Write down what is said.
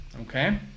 Okay